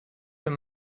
wenn